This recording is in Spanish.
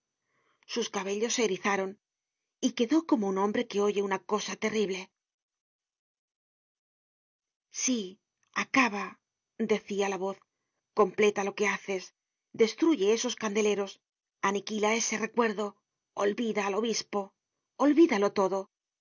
sus cabellos se erizaron y quedó como un hombre que oye una cosa terrible sí acaba decia la voz completa lo que haces destruye esos candeleros aniquila ese recuerdo olvida al obispo olvídalo todo